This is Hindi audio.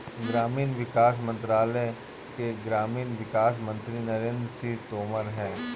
ग्रामीण विकास मंत्रालय के ग्रामीण विकास मंत्री नरेंद्र सिंह तोमर है